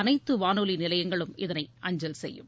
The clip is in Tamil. அனைத்து வானொலி நிலையங்களும் இதனை அஞ்சல் செய்யும்